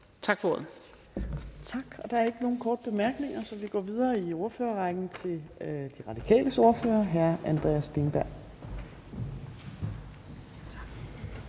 Torp): Tak. Der er ikke nogen korte bemærkninger. Så vi går videre i ordførerrækken til De Radikales ordfører, hr. Andreas Steenberg. Kl.